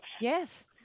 Yes